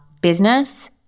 business